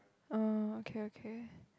ah okay okay